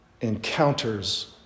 encounters